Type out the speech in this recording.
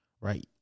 right